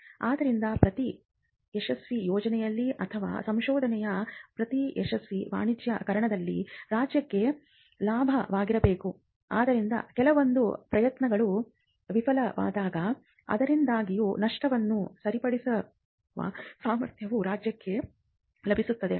ಆದ್ದರಿಂದ ಪ್ರತಿ ಯಶಸ್ವಿ ಯೋಜನೆಯಲ್ಲಿ ಅಥವಾ ಸಂಶೋಧನೆಯ ಪ್ರತಿ ಯಶಸ್ವಿ ವಾಣಿಜ್ಯೀಕರಣದಲ್ಲಿ ರಾಜ್ಯಕ್ಕೆ ಲಾಭವಾಗಬೇಕು ಆದ್ದರಿಂದ ಕೆಲವೊಂದು ಪ್ರಯತ್ನಗಳು ವಿಫಲವಾದಾಗ ಅದರಿಂದಾಗುವ ನಷ್ಟವನ್ನು ಸರಿದೂಗಿಸುವ ಸಾಮರ್ಥ್ಯವು ರಾಜ್ಯಕ್ಕೆ ಲಭಿಸುತ್ತದೆ